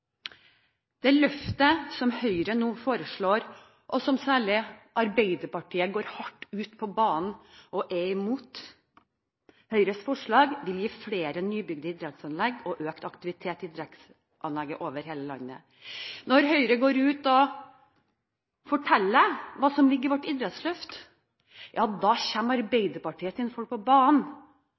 som Høyre nå foreslår – som særlig Arbeiderpartiet går hardt ut mot – vil gi flere nybygde idrettsanlegg og økt aktivitet i idrettsanlegg over hele landet. Når Høyre går ut og forteller hva som ligger i vårt idrettsløft, kommer Arbeiderpartiets folk på banen og forteller alle: Det er vi som eier idrettspolitikken. Det er Arbeiderpartiet